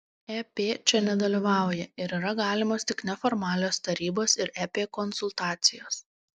ep čia nedalyvauja ir yra galimos tik neformalios tarybos ir ep konsultacijos